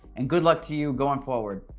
and good luck to you going forward.